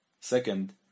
Second